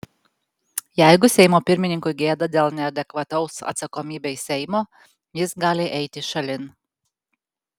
jeigu seimo pirmininkui gėda dėl neadekvataus atsakomybei seimo jis gali eiti šalin